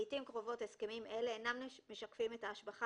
לעיתים קרובות הסכמים אלה אינם משקפים את ההשבחה